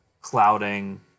clouding